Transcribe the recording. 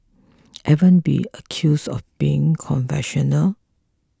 ever been accused of being conventional